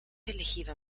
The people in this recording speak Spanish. elegido